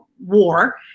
war